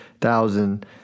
thousand